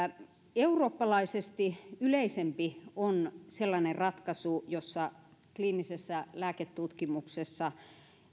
eurooppalaisesti yleisempi on sellainen ratkaisu jossa kliinisessä lääketutkimuksessa